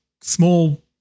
small